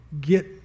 get